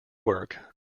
work